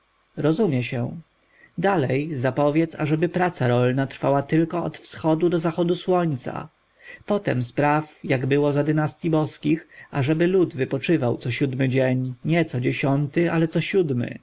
rozumie się dalej zapowiedz aby praca rolna trwała tylko od wschodu do zachodu słońca potem spraw jak było za dynastyj boskich ażeby lud wypoczywał co siódmy dzień nie co dziesiąty ale co siódmy